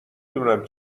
دونم